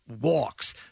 walks